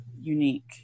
unique